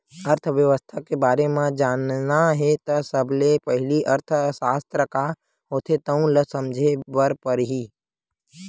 अर्थबेवस्था के बारे म जानना हे त सबले पहिली अर्थसास्त्र का होथे तउन ल समझे बर परही